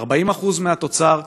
40% מהתוצר,